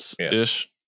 Ish